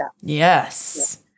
Yes